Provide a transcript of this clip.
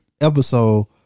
episode